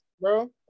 Bro